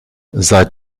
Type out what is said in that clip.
seit